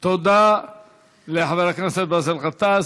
תודה לחבר הכנסת באסל גטאס.